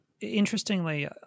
interestingly